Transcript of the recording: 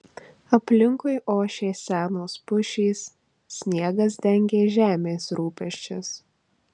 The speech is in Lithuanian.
aplinkui ošė senos pušys sniegas dengė žemės rūpesčius